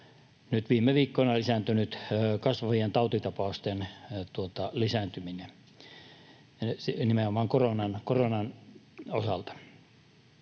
nyt viime viikkoina lisääntynyt kasvavien tautitapausten lisääntyminen, nimenomaan koronan osalta.